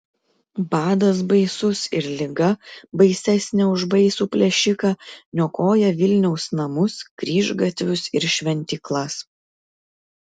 badas baisus ir liga baisesnė už baisų plėšiką niokoja vilniaus namus kryžgatvius ir šventyklas